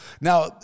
Now